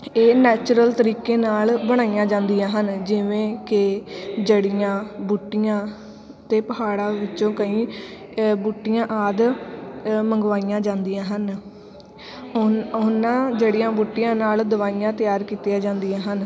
ਇਹ ਨੈਚੁਰਲ ਤਰੀਕੇ ਨਾਲ ਬਣਾਈਆਂ ਜਾਂਦੀਆਂ ਹਨ ਜਿਵੇਂ ਕਿ ਜੜ੍ਹੀਆਂ ਬੂਟੀਆਂ ਅਤੇ ਪਹਾੜਾਂ ਵਿੱਚੋਂ ਕਈ ਬੂਟੀਆਂ ਆਦਿ ਅ ਮੰਗਵਾਈਆਂ ਜਾਂਦੀਆਂ ਹਨ ਉਹਨ ਉਹਨਾਂ ਜਿਹੜੀਆਂ ਬੂਟੀਆਂ ਨਾਲ ਦਵਾਈਆਂ ਤਿਆਰ ਕੀਤੀਆਂ ਜਾਂਦੀਆਂ ਹਨ